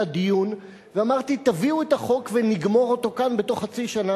היה דיון ואמרתי: תביאו את החוק ונגמור אותו כאן בתוך חצי שנה.